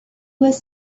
was